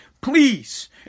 please